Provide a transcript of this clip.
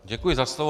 Děkuji za slovo.